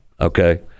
okay